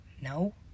No